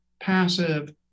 passive